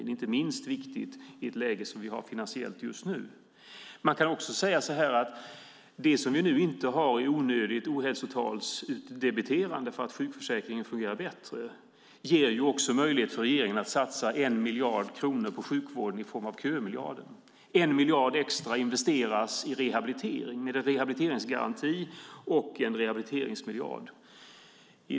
Det är inte minst viktigt i det finansiella läge vi har. Det som vi inte har i onödigt ohälsotalsutdebiterande för att sjukförsäkringen fungerar bättre ger också möjlighet för regeringen att satsa 1 miljard kronor på sjukvården i form av kömiljarden. Det investeras 1 miljard extra i rehabilitering med en rehabiliteringsgaranti och en rehabiliteringsmiljard.